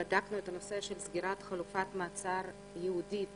אנחנו בדקנו את הנושא של סגירת חלופת מעצר ייעודית,